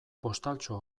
postaltxo